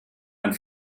man